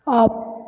up